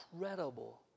incredible